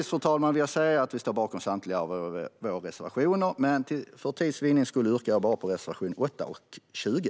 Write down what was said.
Fru talman! Vi står bakom samtliga våra reservationer, men för tids vinnande yrkar jag bifall endast till reservationerna 8 och 20.